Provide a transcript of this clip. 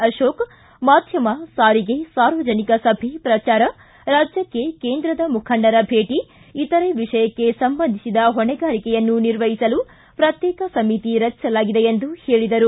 ಅಕೋಕ ಮಾಧ್ಯಮ ಸಾರಿಗೆ ಸಾರ್ವಜನಿಕ ಸಭೆ ಪ್ರಚಾರ ರಾಜ್ಯಕ್ಕೆ ಕೇಂದ್ರದ ಮುಖಂಡರ ಭೇಟ ಇತರೆ ವಿಷಯಕ್ಕೆ ಸಂಬಂಧಿಸಿದ ಹೊಣೆಗಾರಿಕೆಯನ್ನು ನಿರ್ವಹಿಸಲು ಪ್ರತ್ಯೇಕ ಸಮಿತಿ ರಚಿಸಲಾಗಿದೆ ಎಂದು ಹೇಳಿದರು